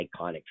iconic